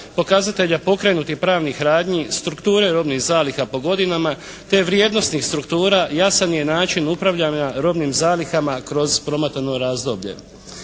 pokazatelja pokrenutih pravnih radnji, strukture robnih zaliha po godinama, te vrijednosnih struktura jasan je način upravljanja robnim zalihama kroz promatrano razdoblje.